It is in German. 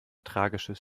tragisches